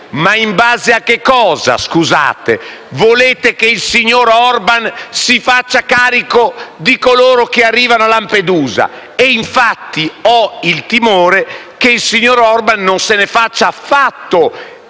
in base a che cosa volete che il signor Orban si faccia carico di coloro che arrivano a Lampedusa? E infatti ho il timore che in qualche modo il signor Orban non se ne faccia affatto